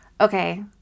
Okay